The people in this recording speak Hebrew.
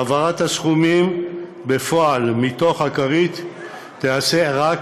העברת סכומים בפועל מתוך הכרית תיעשה רק